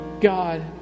God